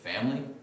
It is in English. family